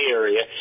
area